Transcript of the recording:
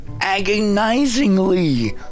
agonizingly